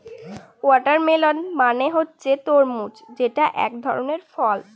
watermelon মানে হচ্ছে তরমুজ যেটা এক ধরনের ফল